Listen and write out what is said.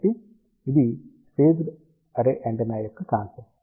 కాబట్టి ఇది phased array antenna యొక్క కాన్సెప్ట్